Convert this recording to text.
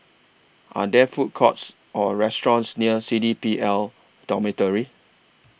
Are There Food Courts Or restaurants near C D P L Dormitory